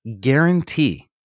guarantee